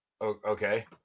Okay